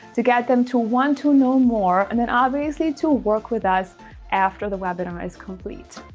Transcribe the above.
to get them to want to know more. and then obviously to work with us after the webinar is complete,